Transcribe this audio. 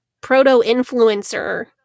proto-influencer